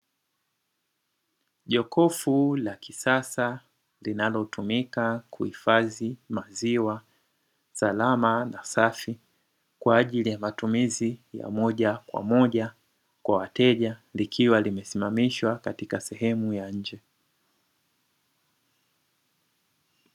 Jolofu la kisasa, linalotumika kuhifadhi maziwa salama na safi kwa ajili ya matumizi ya moja kwa moja kwa wateja likiwa limesimamishwa katika sehemu ya nje.